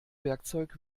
werkzeug